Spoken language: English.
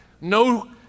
no